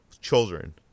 children